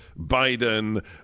Biden